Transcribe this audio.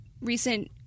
recent